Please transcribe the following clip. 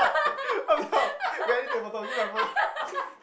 up I'm not wait I need to take photo give my phone